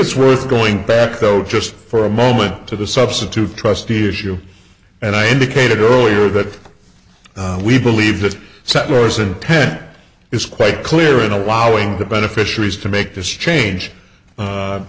it's worth going back though just for a moment to the substitute trustee issue and i indicated earlier that we believe that settlers and ten is quite clear in allowing the beneficiaries to make this change